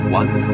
one